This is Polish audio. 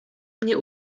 mnie